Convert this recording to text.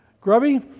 Grubby